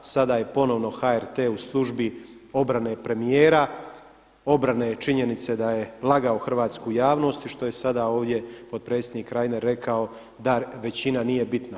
Sada je ponovno HRT u službi obrane premijera, obrane činjenice da je lagao hrvatsku javnost i što je sada ovdje potpredsjednik Reiner rekao da većina nije bitna.